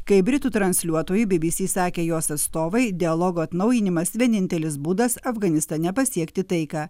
kai britų transliuotojui bybysy sakė jos atstovai dialogo atnaujinimas vienintelis būdas afganistane pasiekti taiką